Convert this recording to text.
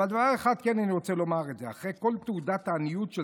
אבל דבר אחד אני כן רוצה לומר: אחרי כל תעודת העניות של